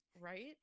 Right